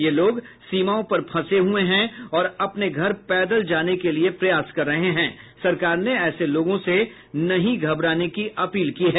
ये लोग सीमाओं पर फंसे हुए हैं और अपने घर पैदल जाने के लिए प्रयास कर रहे हैं सरकार ने ऐसे लोगों से न घबराने की अपील की है